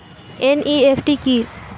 NEFT কি?